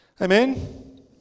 Amen